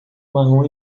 marrom